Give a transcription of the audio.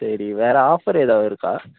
சரி வேறு ஆஃபர் ஏதாவது இருக்கா